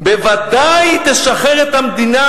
בוודאי תשחרר את המדינה,